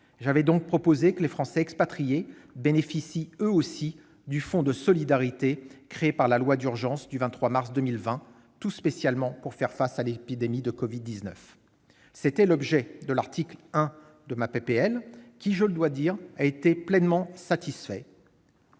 J'avais donc proposé que les Français expatriés bénéficient eux aussi du fonds de solidarité créé par la loi d'urgence du 23 mars 2020 tout spécialement pour faire face à l'épidémie de covid-19. C'était l'objet de l'article 1 de ma proposition de loi, qui, je dois le dire, a été pleinement satisfait.